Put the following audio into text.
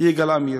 יגאל עמיר: